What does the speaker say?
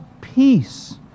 peace